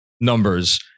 numbers